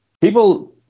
people